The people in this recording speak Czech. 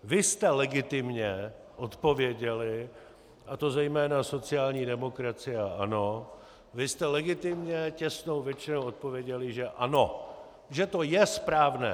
Vy jste legitimně odpověděli a to zejména sociální demokracie a ANO vy jste legitimně těsnou většinou odpověděli, že ano, že to je správné.